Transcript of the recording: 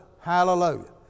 Hallelujah